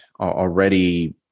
already